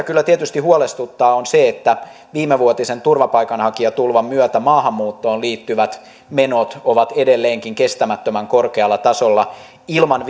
kyllä tietysti huolestuttaa on se että viimevuotisen turvapaikanhakijatulvan myötä maahanmuuttoon liittyvät menot ovat edelleenkin kestämättömän korkealla tasolla ilman